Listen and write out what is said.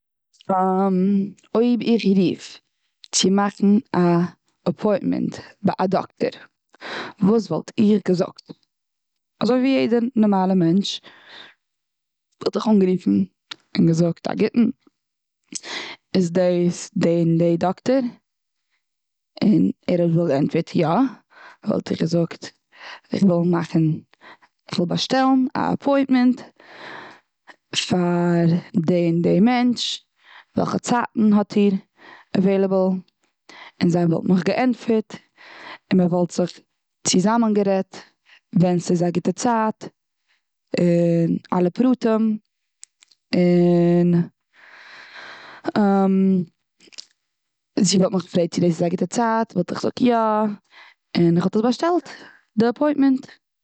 אויב איך רוף צו מאכן א אפוינטמענט ביי א דאקטער וואס וואלט איך געזאגט? אזוי ווי יעדע נארמאלע מענטש. וואלט איך אנגערופן. און געזאגט, א גוטן, איז דאס די און די דאקטער. און ער וואלט געענטפערט יא, וואלט איך געזאגט. כ'וויל מאכן, כ'וויל באשטעלן א אפוינטמענט פאר די און די מענטש. וועלכע צייטן האט איר אוועיליבל? און זיי וואלטן מיך געענטפערט. און מ'וואלט זיך צוזאמען גערעדט, ווען ס'איז א גוטע צייט. און אלע פרטים. און זי וואלט מיך געפרעגט צו דאס איז א גוטע צייט וואלט איך געזאגט יא. און איך וואלט באשטעלט די אפוינטמענט.